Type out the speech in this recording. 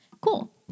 cool